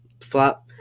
flap